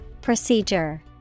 Procedure